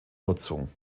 nutzung